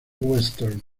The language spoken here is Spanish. western